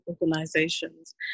organizations